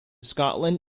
scotland